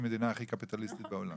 למרות שהיא המדינה הכי קפיטליסטית בעולם.